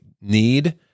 need